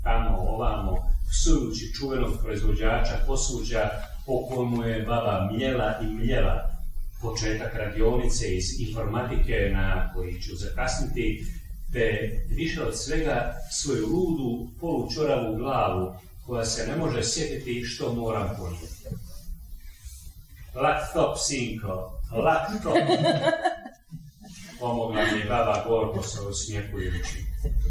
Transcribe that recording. Tamo, ovamo, psujući čuvenog proizvođača, posuđa po kojemu je baba mijela i mijela početak radionice iz informatike na koji ću zakasniti, te više od svega svoju rudu, polučuravu glavu koja se ne može sjetiti što moram podnijeti. Laptop, sinko, laptop! Pomogla mi je baba Gorko sa osmjehujući.